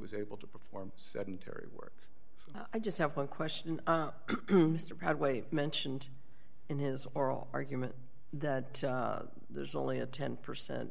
was able to perform sedentary work so i just have one question mr pratt wait mentioned in his oral argument that there's only a ten percent